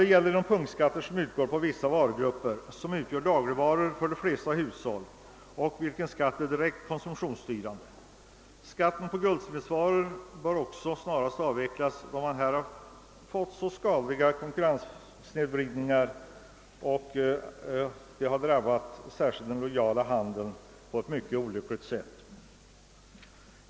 Det gäller de punktskatter som utgår på vissa grupper av dagligvaror för de flesta hushåll och där skatten är direkt konsumtionsstyrande. Skatten på guldsmedsvaror bör också snarast avvecklas, då det här uppstått skadliga konkurrenssnedvridningar, som drabbat särskilt den lojala handeln på ett mycket olyckligt sätt.